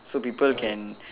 so people can